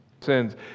sins